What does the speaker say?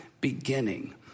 beginning